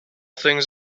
things